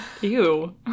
Ew